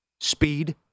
Speed